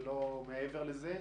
ולא מעבר לזה,